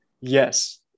Yes